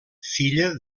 filla